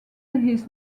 his